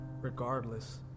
regardless